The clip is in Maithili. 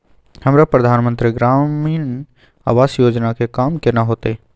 हमरा प्रधानमंत्री ग्रामीण आवास योजना के काम केना होतय?